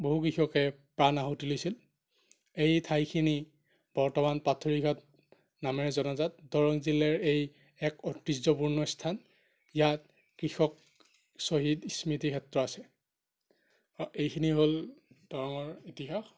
বহু কৃষকে প্ৰাণ আহুতি দিছিল এই ঠাইখিনি বৰ্তমান পাথৰুঘাট নামেৰে জনাজাত দৰং জিলাৰ এই এক ঐতিহ্যপূৰ্ণ স্থান ইয়াত কৃষক শ্বহীদ স্মৃতিক্ষেত্ৰ আছে এইখিনি হ'ল দৰঙৰ ইতিহাস